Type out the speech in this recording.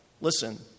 listen